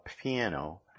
piano